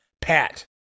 pat